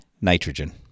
nitrogen